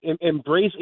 embrace